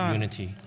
unity